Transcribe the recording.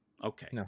Okay